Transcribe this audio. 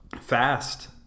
fast